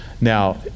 Now